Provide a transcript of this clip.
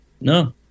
No